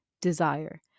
desire